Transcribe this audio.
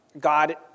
God